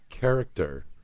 character